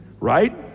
right